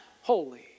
holy